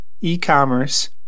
e-commerce